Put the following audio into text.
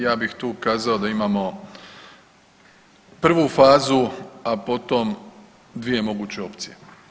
Ja bih tu kazao da imamo prvu fazu, a potom 2 moguće opcije.